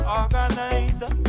organizer